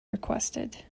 requested